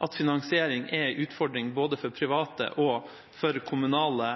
at finansiering er en utfordring både for private og for kommunale